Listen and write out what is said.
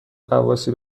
غواصی